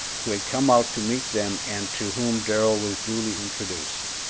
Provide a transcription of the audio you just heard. who had come out to meet them and to whom darrell was duly introduced.